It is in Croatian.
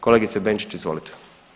Kolegice Benčić, izvolite.